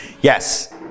Yes